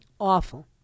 awful